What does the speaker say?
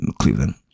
Cleveland